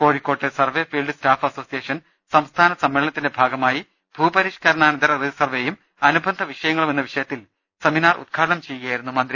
കോഴിക്കോട്ട് survey field staff association സംസ്ഥാന സമ്മേളനത്തിന്റെ ഭാഗമാ യി ഭൂപരിഷ്കരണാനന്തര റീസർവേയും അനുബന്ധ വിഷയങ്ങളും എന്ന വിഷയത്തിൽ നടന്ന സെമിനാർ ഉദ്ഘാടനം ചെയ്യുകയായിരുന്നു മന്ത്രി